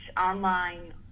online